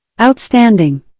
Outstanding